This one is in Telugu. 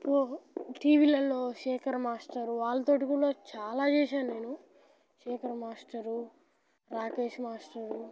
పో టీవీలలో శేఖర్ మాస్టర్ వాళ్ళతో కూడా చాలా చేశాను నేను శేఖర్ మాస్టరు రాకేష్ మాస్టరు